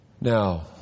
Now